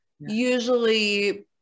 Usually